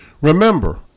Remember